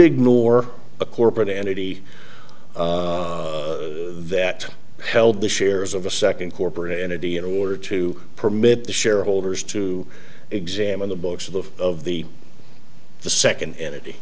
ignore a corporate entity that held the shares of a second corporate entity in order to permit the shareholders to examine the books of the second entity